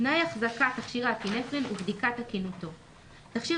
תנאי החזקת תכשיר האפינפרין ובדיקת תקינותו 7. (א)תכשיר